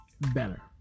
better